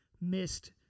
missed